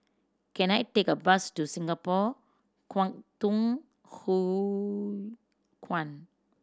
can I take a bus to Singapore Kwangtung Hui Kuan